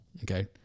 Okay